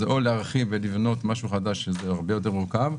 אז זה או להרחיב ולבנות משהו חדש שזה הרבה יותר מורכב,